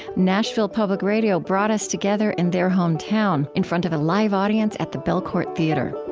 nashville public radio brought us together in their hometown, in front of a live audience at the belcourt theatre